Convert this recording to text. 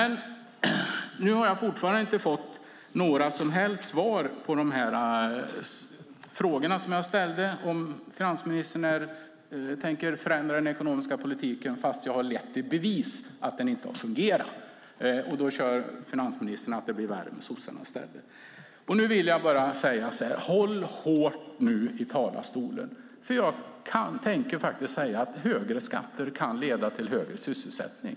Nu har jag fortfarande inte fått några som helst svar på frågan som jag ställde om finansministern inte tänker förändra den ekonomiska politiken, fast jag har lett i bevis att den inte har fungerat. Då kör finansministern med att det i stället blir värre med sossarna. Nu vill jag bara säga: Håll nu hårt i talarstolen, för jag tänker faktiskt säga att högre skatter kan leda till högre sysselsättning.